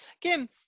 Kim